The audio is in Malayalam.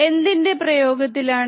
എന്തിൻറെ പ്രയോഗത്തിലാണ്